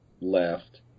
left